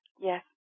Yes